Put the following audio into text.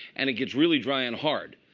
and it gets really dry and hard.